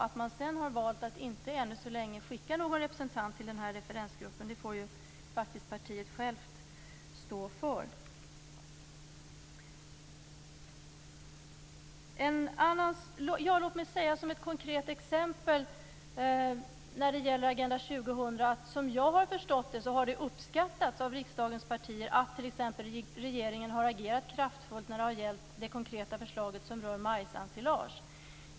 Att man sedan valt att ännu så länge inte skicka en representant till referensgruppen får partiet självt stå för. Låt mig ge ett konkret exempel när det gäller Agenda 2000. Jag har förstått att det har uppskattats av riksdagens partier att regeringen har agerat kraftfullt angående det konkreta förslaget om majsensilage.